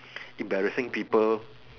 embarrassing people